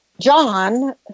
john